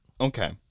Okay